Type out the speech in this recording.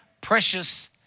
precious